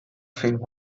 فیلم